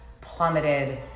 plummeted